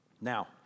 Now